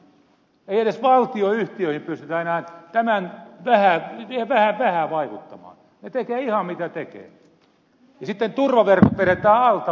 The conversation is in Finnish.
ei edes valtioyhtiöihin pystytä enää vähän vähää vaikuttamaan ne tekevät ihan mitä tekevät ja sitten turvaverkot vedetään alta pois